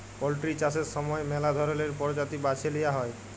poultry চাষের সময় ম্যালা ধরলের পরজাতি বাছে লিঁয়া হ্যয়